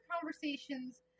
conversations